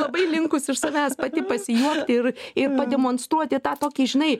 labai linkusi iš savęs pati pasijuokti ir ir pademonstruoti tą tokį žinai